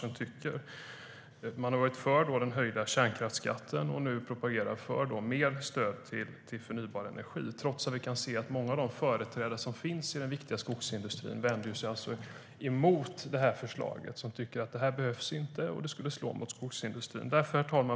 Vänsterpartiet har varit för den höjda kärnkraftsskatten, och nu propagerar man för mer stöd till förnybar energi trots att många av de viktiga företrädare som finns inom den viktiga skogsindustrin är emot förslaget. De tycker att det inte behövs och att det skulle slå mot skogsindustrin. Herr talman!